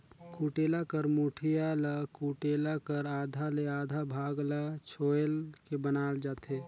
कुटेला कर मुठिया ल कुटेला कर आधा ले आधा भाग ल छोएल के बनाल जाथे